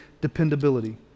dependability